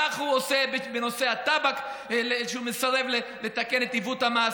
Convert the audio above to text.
כך הוא עושה בנושא הטבק כשהוא מסרב לתקן את עיוות המס,